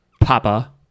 papa